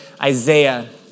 Isaiah